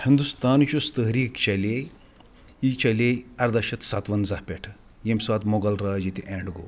ہِندُستانٕچ یُس تحریٖک چَلے یہِ چلے اَرداہ شَتھ سَتوَنٛزاہ پٮ۪ٹھ ییٚمہِ ساتہٕ مُغل راج ییٚتہِ اٮ۪نٛڈ گوٚو